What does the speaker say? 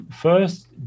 First